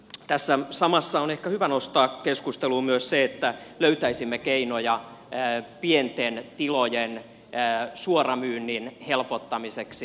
tässä samassa on ehkä hyvä nostaa keskusteluun myös se että löytäisimme keinoja pienten tilojen suoramyynnin helpottamiseksi